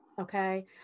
okay